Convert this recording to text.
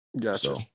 Gotcha